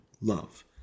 love